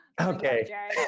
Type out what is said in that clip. Okay